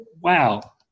Wow